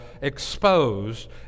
exposed